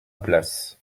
place